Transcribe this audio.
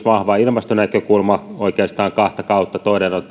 vahva ilmastonäkökulma oikeastaan kahta kautta toinen